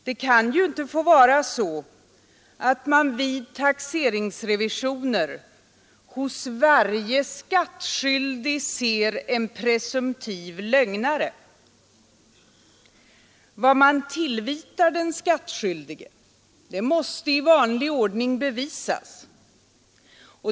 Det kan ju inte få vara så att man vid taxeringsrevisioner hos varje skattskyldig ser en presumtiv lögnare. Vad man tillvitar den skattskyldige måste i vanlig ordning bevisas.